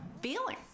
feeling